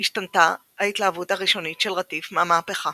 השתנתה ההתלהבות הראשונית של רטיף מהמהפכה.